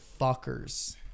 fuckers